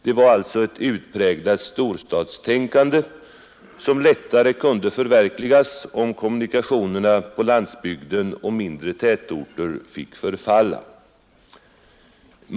Det var alltså ett utpräglat storstadstänkande, som lättare kunde förverkligas, om kommunikationerna på landsbygden och i mindre tätorter fick förfalla.